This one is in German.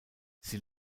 sie